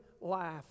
life